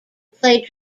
play